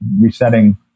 Resetting